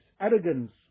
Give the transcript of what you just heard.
arrogance